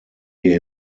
wir